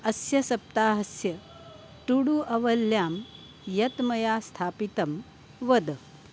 अस्य सप्ताहस्य टुडु आवल्यां यत् मया स्थापितं वद